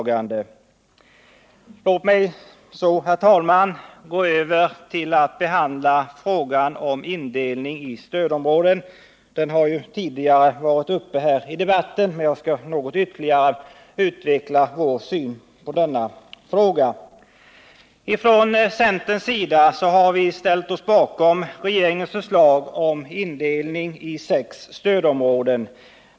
Låt mig så, herr talman, gå över till att behandla frågan om indelning i stödområden. Den frågan har ju tagits upp tidigare här i debatten, men jag skall något ytterligare utveckla vår syn på den. Från centerns sida har vi ställt oss bakom regeringens förslag om indelning av landet i sex stödområden.